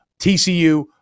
TCU